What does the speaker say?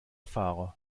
fahrer